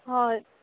हय